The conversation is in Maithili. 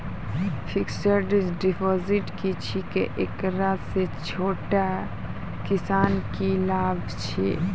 फिक्स्ड डिपॉजिट की छिकै, एकरा से छोटो किसानों के की लाभ छै?